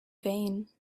vain